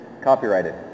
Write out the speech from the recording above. copyrighted